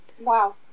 Wow